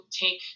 take